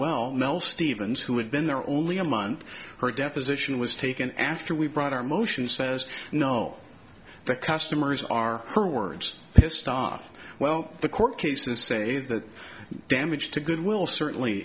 well mel stephens who had been there only a month her deposition was taken after we brought our motion says no the customers are her words pissed off well the court cases say that damage to good will certainly